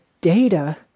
data